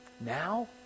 Now